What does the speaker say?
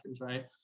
right